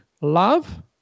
love